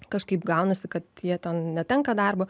kažkaip gaunasi kad jie ten netenka darbo